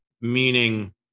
Meaning